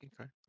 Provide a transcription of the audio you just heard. Okay